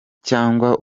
cyangwa